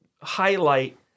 highlight